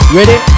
Ready